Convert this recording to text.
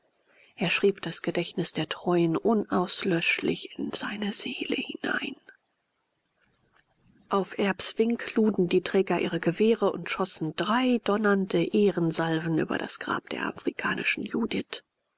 er schrieb das gedächtnis der treuen unauslöschlich in seine seele hinein auf erbs wink luden die träger ihre gewehre und schossen drei donnernde ehrensalven über das grab der afrikanischen judith